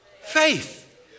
faith